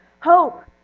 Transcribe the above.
hope